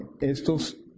Estos